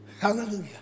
Hallelujah